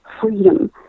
freedom